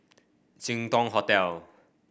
Jin Dong Hotel